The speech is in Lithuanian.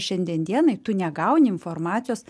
šiandien dienai tu negauni informacijos